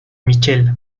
michelle